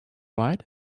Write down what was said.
right